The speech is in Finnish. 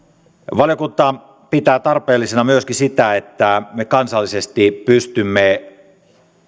valiokunta pitää tarpeellisena myöskin sitä että me kansallisesti pystymme